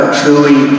truly